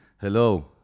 Hello